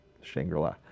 Shangri-La